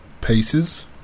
pieces